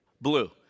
Blue